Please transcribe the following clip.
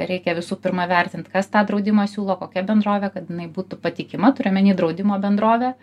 reikia visų pirma vertint kas tą draudimą siūlo kokia bendrovė kad jinai būtų patikima turiu omeny draudimo bendrovė